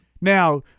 Now